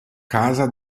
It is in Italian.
casa